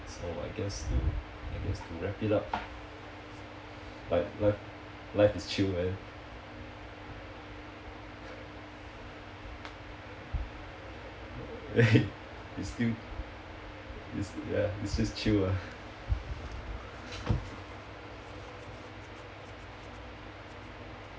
so I guess to I guess to wrap it up my life life is chill man it still it is chill ah